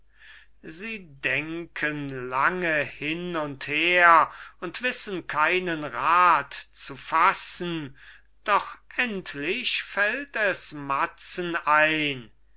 sie denken lange hin und her und wissen keinen rat zu fassen doch endlich fällt es matzen ein